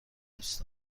دوست